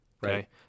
Right